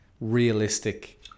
realistic